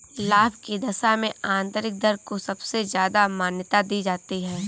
लाभ की दशा में आन्तरिक दर को सबसे ज्यादा मान्यता दी जाती है